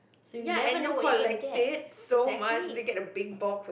ya and they will collect it so much they get a big box